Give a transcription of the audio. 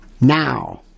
now